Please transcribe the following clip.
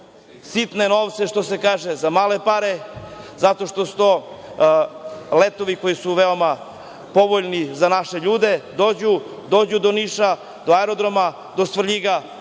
sitne novce što se kaže, za male pare, zato što su to letovi koji su veoma povoljni za naše ljude, dođu do Niša, do aerodroma, do Svrljiga,